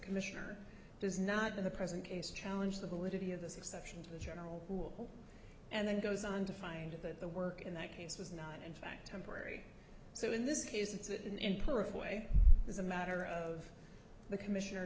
commissioner does not in the present case challenge the validity of this exception to the general rule and then goes on to find that the work in that case was not in fact temporary so in this case it's it in is a matter of the commission